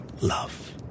love